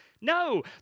No